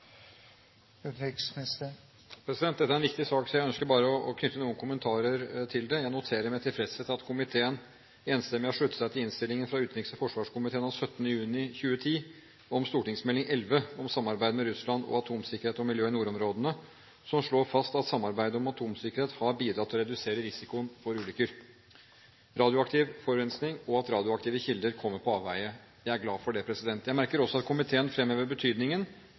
en viktig sak, så jeg ønsker bare å knytte noen kommentarer til det. Jeg noterer med tilfredshet at komiteen enstemmig har sluttet seg til innstillingen fra utenriks- og forsvarskomiteen av 17. juni 2010 om Meld. St. 11 for 2009–2010 Samarbeidet med Russland om atomvirksomhet og miljø i nordområdene, som slår fast at samarbeidet om atomsikkerhet har bidratt til å redusere risikoen for ulykker, radioaktiv forurensning og at radioaktive kilder kommer på avveier. Jeg er glad for det. Jeg merker også at komiteen fremhever betydningen